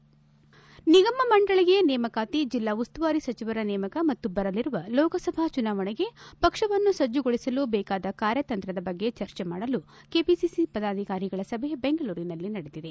PTC ಮನ್ನಾರಿರೆಂಜಾನಬೀ ನಿಗಮ ಮಂಡಳಿಗೆ ನೇಮಕಾತಿ ಜೆಲ್ಲಾ ಉಸ್ತುವಾರಿ ಸಚಿವರ ನೇಮಕ ಮತ್ತು ಬರಲಿರುವ ಲೋಕಸಭಾ ಚುನಾವಣೆಗೆ ಪಕ್ಷವನ್ನು ಸಜ್ಜುಗೊಳಿಸಲು ಬೇಕಾದ ಕಾರ್ಯತಂತ್ರ ಬಗ್ಗೆ ಚರ್ಚೆ ಮಾಡಲು ಕೆಪಿಸಿಸಿ ಪದಾಧಿಕಾರಿಗಳ ಸಭೆ ಬೆಂಗಳೂರಿನಲ್ಲಿ ನಡೆದಿದೆ